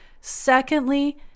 secondly